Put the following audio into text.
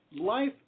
life